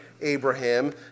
Abraham